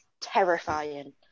terrifying